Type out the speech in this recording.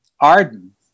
Arden